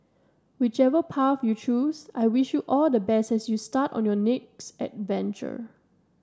whichever path you choose I wish you all the best as you start on your next adventure